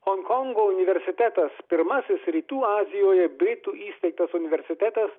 honkongo universitetas pirmasis rytų azijoje britų įsteigtas universitetas